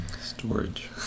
Storage